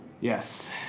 Yes